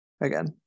again